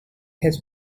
his